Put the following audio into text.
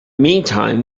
meantime